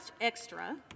extra